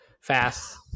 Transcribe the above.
fast